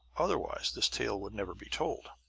otherwise, this tale would never be told.